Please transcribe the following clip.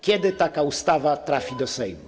Kiedy taka ustawa trafi do Sejmu?